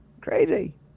Crazy